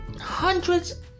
hundreds